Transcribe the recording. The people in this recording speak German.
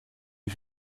die